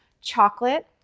chocolate